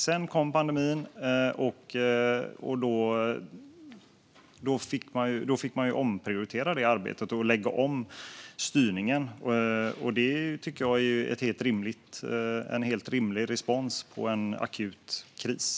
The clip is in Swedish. Sedan kom pandemin, och då fick man omprioritera arbetet och lägga om styrningen. Det tycker jag är en helt rimlig respons på en akut kris.